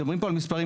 מדברים פה על מספרים,